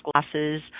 glasses